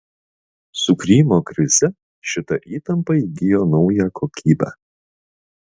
su krymo krize šita įtampa įgijo naują kokybę